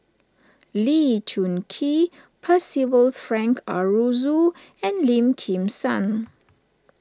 Lee Choon Kee Percival Frank Aroozoo and Lim Kim San